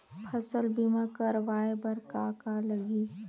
फसल बीमा करवाय बर का का लगही?